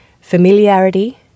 familiarity